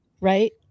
right